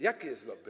Jakie jest lobby?